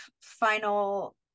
final